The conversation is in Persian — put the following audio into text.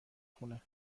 خونه